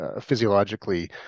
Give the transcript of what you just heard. physiologically